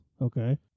Okay